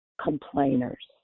complainers